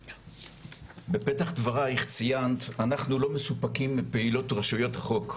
בפתח דברייך ציינת שאתם לא מסופקים מפעילויות רשויות החוק.